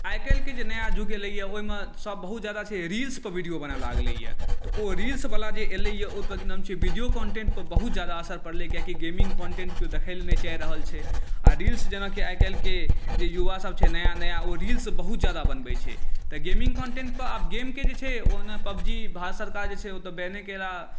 आइकाल्हिके जे नया युग अएलैए ओहिमे बहुत ज्यादा छै रील्सके विडिओ बनै लागलैए तऽ ओ रील्सवला जे अएलैए ओकर कि नाम छै विडिओ कन्टेन्टपर बहुत ज्यादा असर पड़लै कियाकि गेमिङ्ग कन्टेन्ट केओ देखैलए नहि चाहि रहल छै आइ रील्स जेनाकि आइकाल्हिके जे युवासब छै नया नया ओ रील्स बहुत ज्यादा बनबै छै तऽ गेमिङ्ग कन्टेन्टपर आब गेमके जे छै ओ पबजी छै ओ भारत सरकार जे छै बैन कैला